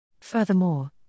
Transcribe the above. Furthermore